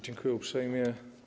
Dziękuję uprzejmie.